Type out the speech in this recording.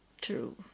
true